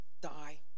die